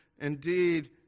Indeed